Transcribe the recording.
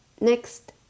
Next